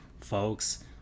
folks